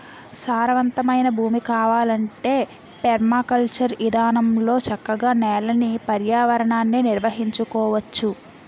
సారవంతమైన భూమి కావాలంటే పెర్మాకల్చర్ ఇదానంలో చక్కగా నేలని, పర్యావరణాన్ని నిర్వహించుకోవచ్చు